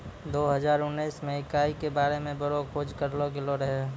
दो हजार उनैस मे इकाई के बारे मे बड़ो खोज करलो गेलो रहै